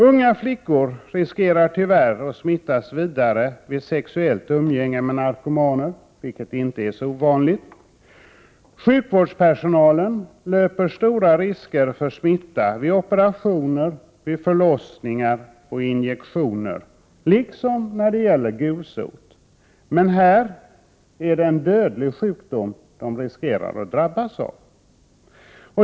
Unga flickor riskerar tyvärr att smittas vidare vid sexuellt umgänge med narkomaner, vilket inte är så ovanligt. Sjukvårdspersonalen löper stora risker för smitta vid operationer, vid förlossningar och injektioner liksom när det gäller gulsot. Men här är det en dödlig sjukdom de riskerar att drabbas av.